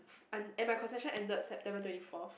f~ and and my concession ended September twenty fourth